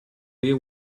beer